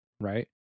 right